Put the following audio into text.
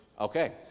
Okay